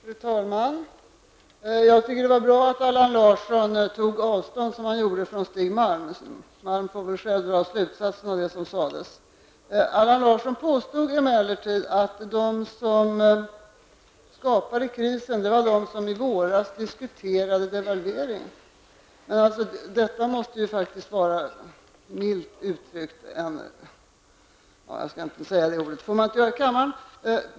Fru talman! Jag tycker det var bra att Allan Larsson tog avstånd från Stig Malms uttalanden. Stig Malm får väl själv dra slutsatser av vad Allan Larsson här har sagt. Allan Larsson påstod emellertid att de som skapade krisen var de personer som i våras diskuterade devalvering. Det är faktiskt milt uttryckt --. Jag skall inte uttala ordet, eftersom man inte får säga sådana ord i kammare.